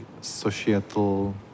societal